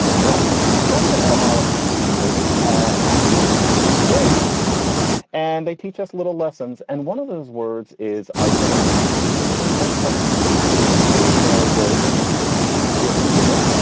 but some of the etymology of these words are actually very interesting and they teach us little lessons. and one of those words is isolation seems like such an ordinary word. and i'm sitting here experiencing it,